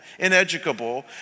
ineducable